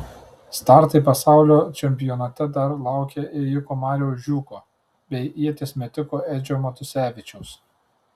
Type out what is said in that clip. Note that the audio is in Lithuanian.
startai pasaulio čempionate dar laukia ėjiko mariaus žiūko bei ieties metiko edžio matusevičiaus